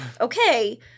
okay